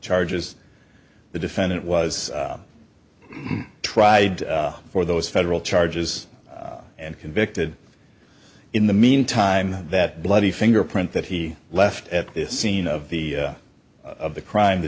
charges the defendant was tried for those federal charges and convicted in the mean time that bloody fingerprint that he left at this scene of the of the crime the